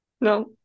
No